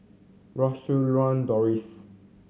Siew Doris